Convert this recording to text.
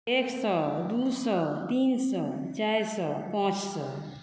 एक सए दू सए तीन सए चारि सए पाँच सए